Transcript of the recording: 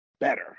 better